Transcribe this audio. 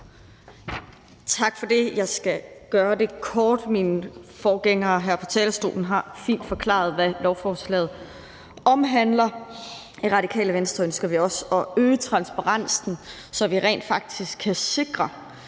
Tak for det. Jeg skal gøre det kort. Mine forgængere her på talerstolen har fint forklaret, hvad lovforslaget omhandler. I Radikale Venstre ønsker vi også at øge transparensen, så vi kan sikre,